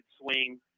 swing